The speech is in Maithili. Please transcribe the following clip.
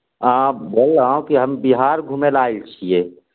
ऑंय बोललह कि हम बिहार घुमै लए आयल छियै